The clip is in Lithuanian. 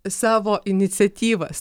savo iniciatyvas